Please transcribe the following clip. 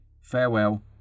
Farewell